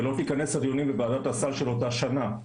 ולא תיכנס לדיונים בוועדת הסל של אותה שנה.